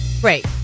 Great